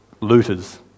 Looters